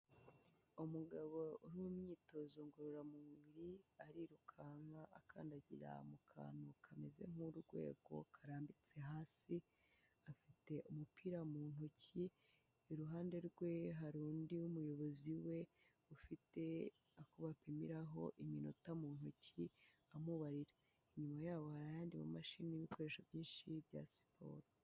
Umugabo uri mu myitozo ngororamubiri arirukanka akandagira mu kantu kameze nk'urwego, karambitse hasi afite umupira mu ntoki. Iruhande rwe hari undi wumuyobozi we ufite ako bapimiraho iminota mu ntoki amubarira. Inyuma yabo hari ayandi mamashini n'ibikoresho byinshi bya siporo.